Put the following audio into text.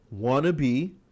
wannabe